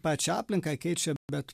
pačią aplinką keičia bet